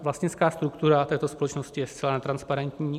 Vlastnická struktura této společnosti je zcela netransparentní.